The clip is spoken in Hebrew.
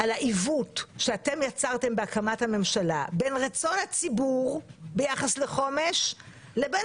על העיוות שיצרתם בהקמת הממשלה בין רצון הציבור ביחס לחומש לבין